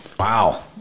wow